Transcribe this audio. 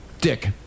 Dick